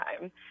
time